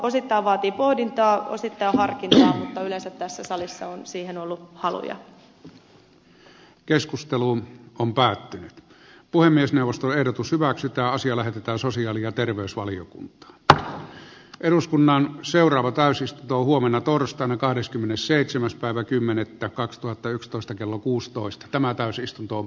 osittain se vaatii pohdintaa osittain harkintaa mutta yleensä tässä salissa on päätynyt puhemiesneuvoston ehdotus hyväksytä asia lähetetään sosiaali ja terveysvaliokunta toteaa eduskunnan seuraava täysin se tuo huomenna torstaina kahdeskymmenesseitsemäs päivä kymmenettä kaksituhattayksitoista kello niihin ollut haluja